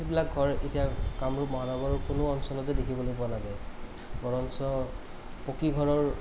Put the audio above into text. সেইবিলাক ঘৰ এতিয়া কামৰূপ মহানগৰৰ কোনো অঞ্চলতে দেখিবলৈ পোৱা নাযায় বৰঞ্চ পকী ঘৰৰ